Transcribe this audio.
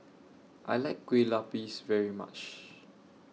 I like Kueh Lopes very much